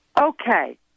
Okay